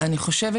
אני חושבת